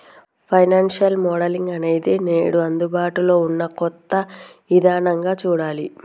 financial modelling అనేది నేడు అందుబాటులో ఉన్న కొత్త ఇదానంగా చూడాలి